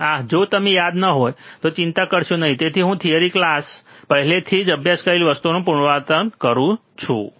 આહ જો તમને યાદ ન હોય તો ચિંતા કરશો નહીં તેથી જ હું થિયરી ક્લાસમાં પહેલેથી જ અભ્યાસ કરેલી વસ્તુઓનું પુનરાવર્તન કરું છું